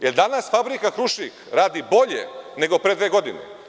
Da li danas Fabrika „Krušik“ radi bolje nego pre dve godine?